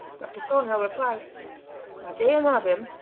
dr. thornhill replied my dear madam,